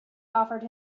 offered